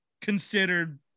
considered